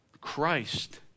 Christ